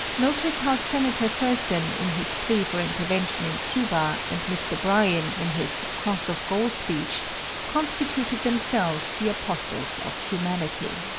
notice how senator thurston in his plea for intervention in cuba and mr. bryan in his cross of gold speech constituted themselves the apostles of humanity.